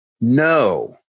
No